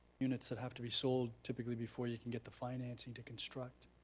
units that have to be sold typically before you can get the financing to construct.